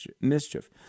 mischief